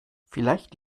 vielleicht